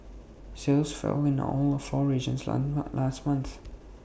sales fell in all four regions last month